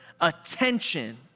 attention